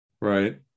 right